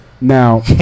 Now